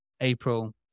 April